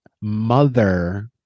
mother